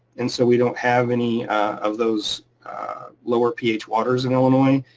and so we don't have any of those lower ph waters in illinois.